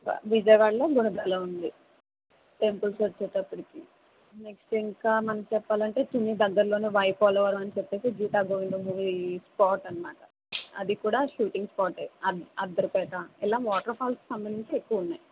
విజయవాడలో గుణదల ఉంది టెంపుల్స్ వచ్చేటప్పటికి నెక్స్ట్ ఇంకా మనం చెప్పాలంటే దీనికి దగ్గర్లోనే వై పోలవరం అని చెప్పేసి గీత గోవిందం మూవీ స్పాట్ అనమాట అది కూడా షూటింగ్ స్పాటే అద్దర్పేట ఇలా వాటర్ ఫాల్స్ సంబంధించి ఎక్కువ ఉన్నాయి